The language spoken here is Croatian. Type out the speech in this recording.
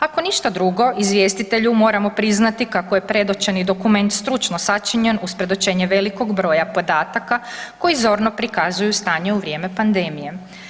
Ako ništa drugo, izvjestitelju moramo priznati kako je predočeni dokument stručno sačinjen uz predočenje velikog broja podataka koji zorno prikazuju stanje u vrijeme pandemije.